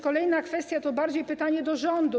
Kolejna kwestia - to jest bardziej pytanie do rządu.